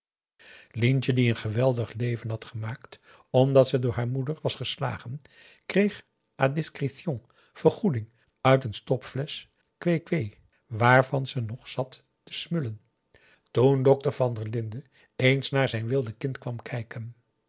lientje die een geweldig leven had gemaakt omdat ze door p a daum de van der lindens c s onder ps maurits haar moeder was geslagen kreeg à d i s c r é t i o n vergoeding uit een stopflesch kwee-kwee waarvan ze nog zat te snoepen toen dokter van der linden eens naar zijn wilde kind kwam kijken